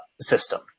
system